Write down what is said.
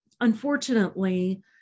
unfortunately